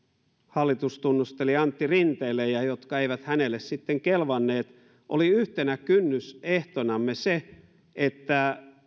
hallitustunnustelija antti rinteelle ja jotka eivät hänelle sitten kelvanneet oli yhtenä kynnysehtonamme se että